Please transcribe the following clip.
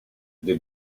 gdy